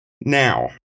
Now